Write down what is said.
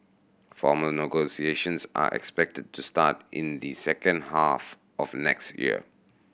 formal negotiations are expected to start in the second half of next year